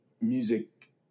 music